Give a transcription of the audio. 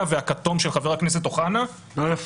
והכתום של חבר הכנסת אוחנה -- לא יפה...